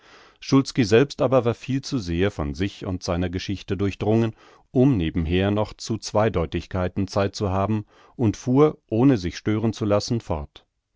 selbst aber war viel zu sehr von sich und seiner geschichte durchdrungen um nebenher noch zu zweideutigkeiten zeit zu haben und fuhr ohne sich stören zu lassen fort